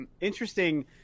Interesting